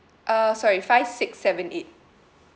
uh sorry five six seven eight